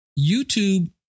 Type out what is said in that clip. YouTube